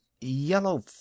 Yellow